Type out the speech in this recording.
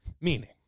Meaning